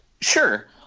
Sure